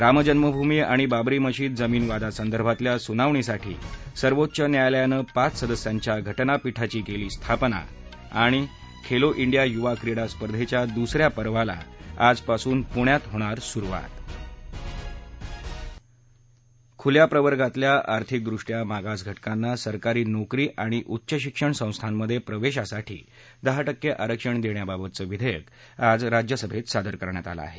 रामजन्मभूमी आणि बाबरी मशीद जमीन वादासंदर्भातल्या सुनावणीसाठी सर्वोच्च न्यायालयानं पाच सदस्यांच्या घटनापीठाची कली स्थापना खेलो डिया युवा क्रीडा स्पर्धेच्या दुसऱ्या पर्वाला आजपासून पुण्यात होणार सुरूवात खुल्या प्रवर्गांतल्या आर्थिक दृष्टया मागास घटकांना सरकारी नोकरी आणि उच्चशिक्षण संस्थांमधत्रिक्तीसाठी दहा टक्क आरक्षण दय्याबाबतचं विधाक्रि आज राज्यसभेत सादर करण्यात आलं आहे